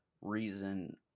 reason